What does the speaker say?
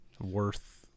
worth